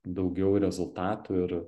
daugiau rezultatų ir